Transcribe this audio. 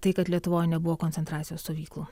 tai kad lietuvoj nebuvo koncentracijos stovyklų